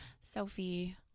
Sophie